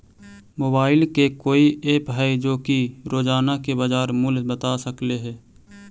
Mobile के कोइ app है जो कि रोजाना के बाजार मुलय बता सकले हे?